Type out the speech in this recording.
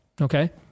Okay